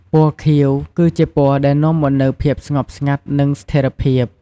ពណ៌ខៀវ គឺជាពណ៌ដែលនាំមកនូវ ភាពស្ងប់ស្ងាត់ និង ស្ថេរភាព។